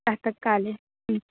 प्रातः काले ह्म्